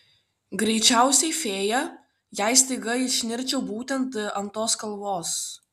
greičiausiai fėja jei staiga išnirčiau būtent ant tos kalvos